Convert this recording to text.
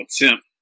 attempt